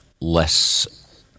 less